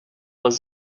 was